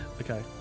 Okay